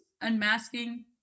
unmasking